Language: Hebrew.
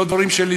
לא דברים שלי,